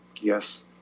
Yes